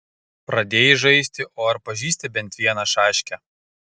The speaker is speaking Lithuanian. pradėjai žaisti o ar pažįsti bent vieną šaškę